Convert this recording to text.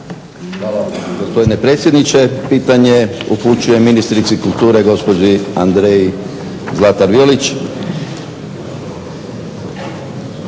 Hvala gospodine predsjedniče. Pitanje upućujem ministrici kulture gospođi Andrei Zlatar Violić,